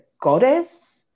goddess